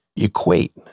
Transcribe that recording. equate